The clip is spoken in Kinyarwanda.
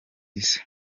isi